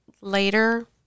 later